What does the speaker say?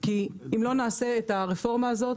כי אם לא נעשה את הרפורמה הזאת,